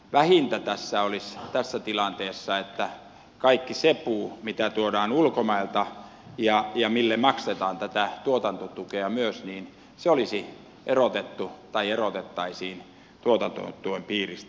vähintä tässä tilanteessa olisi että kaikki se puu mitä tuodaan ulkomailta ja mille maksetaan tätä tuotantotukea myös olisi erotettu tai erotettaisiin tuotantotuen piiristä